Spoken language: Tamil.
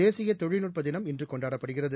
தேசிய தொழில்நுட்ப தினம் இன்று கொண்டாடப்படுகிறது